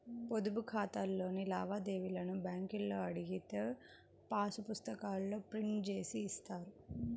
పొదుపు ఖాతాలోని లావాదేవీలను బ్యేంకులో అడిగితే పాసు పుస్తకాల్లో ప్రింట్ జేసి ఇస్తారు